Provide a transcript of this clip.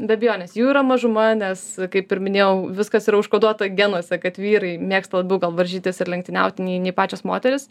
be abejonės jų yra mažuma nes kaip ir minėjau viskas yra užkoduota genuose kad vyrai mėgsta labiau gal varžytis ir lenktyniauti nei nei pačios moterys